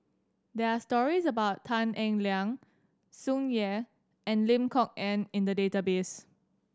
there are stories about Tan Eng Liang Tsung Yeh and Lim Kok Ann in the database